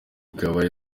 ikaba